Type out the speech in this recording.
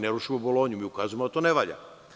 Ne rušimo Bolonju, mi ukazujemo da to ne valja.